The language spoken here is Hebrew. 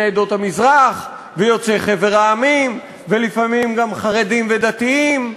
עדות המזרח ויוצאי חבר המדינות ולפעמים גם חרדים ודתיים.